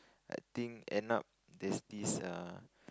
I think end up there's this err